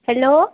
hello